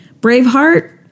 Braveheart